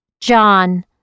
John